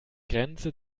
grenze